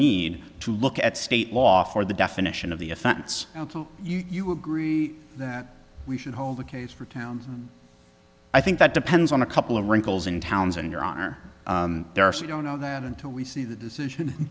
need to look at state law for the definition of the offense you agree that we should hold the case for town i think that depends on a couple of wrinkles in towns in your honor there are so you don't know that until we see the decision